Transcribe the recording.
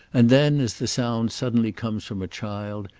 and then, as the sound suddenly comes from a child,